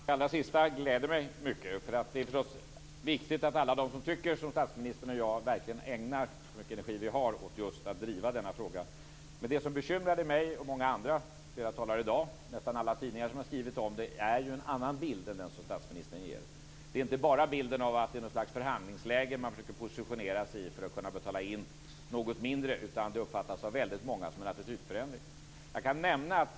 Fru talman! Det allra sista gläder mig mycket. Det är förstås viktigt att alla som tycker som statsministern och jag verkligen ägnar den energi som vi har till att driva denna fråga. Men det som bekymrar mig och många andra - också tidningarna har skrivit om det - är en annan bild än den som statsministern ger. Det är inte bara bilden av att det råder något slags förhandlingsläge som man försöker att positionera sig i för att kunna betala in något mindre pengar, utan många uppfattar det som att det har skett en attitydförändring.